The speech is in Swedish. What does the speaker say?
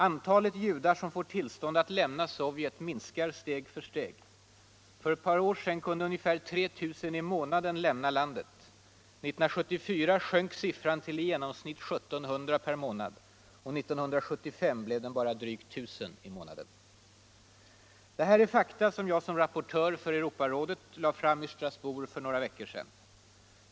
Antalet judar som får tillstånd att lämna Sovjet minskar steg för steg. För ett par år sedan kunde ungefär 3 000 i månaden lämna Sovjet. 1974 sjönk siffran till i genomsnitt 1 700 per månad. Och 1975 blev den bara drygt 1 000 i månaden. Det här är fakta som jag som rapportör för Europarådet lade fram i Strasbourg för några veckor sedan.